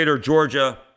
Georgia